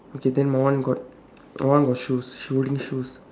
okay then my one got my one got shoes she holding shoes